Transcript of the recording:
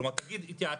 כלומר תגיד התייעצנו,